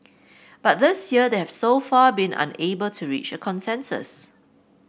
but this year they have so far been unable to reach a consensus